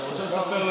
נו,